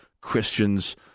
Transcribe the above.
Christians